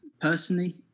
personally